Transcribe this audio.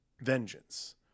vengeance